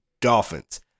Dolphins